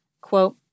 quote